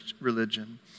religion